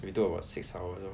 we took about six hours lor